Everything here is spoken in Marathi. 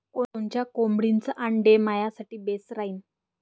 कोनच्या कोंबडीचं आंडे मायासाठी बेस राहीन?